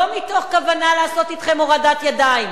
לא מתוך כוונה לעשות אתכם הורדת ידיים